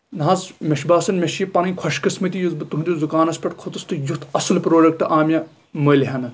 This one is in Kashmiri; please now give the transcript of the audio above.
نہ حظ مےٚ چھُ باسان مےٚ چھِ یہِ پَنٕنۍ خۄش قٕسمَتی یُس بہٕ تُہنٛدِس دُکانَس پٮ۪ٹھ کھوٚتُس تہٕ یُتھ اَصٕل پروڈکٹ آو مےٚ مٔلی ہیٚنہٕ